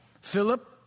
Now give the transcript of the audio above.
Philip